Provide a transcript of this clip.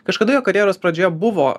kažkada jo karjeros pradžioje buvo